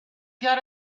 got